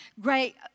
great